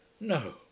no